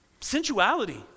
sensuality